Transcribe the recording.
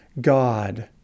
God